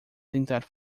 tentar